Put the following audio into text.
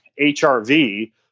HRV